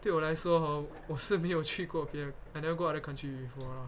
对我来说 hor 我是没有去过 K_M I never go other country before